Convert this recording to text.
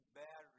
bear